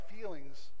feelings